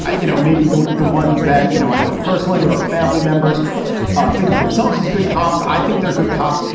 you know, maybe the the ones that you know i know personally or family members think of themselves as good cops. i think they're good cops.